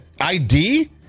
ID